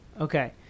Okay